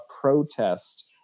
protest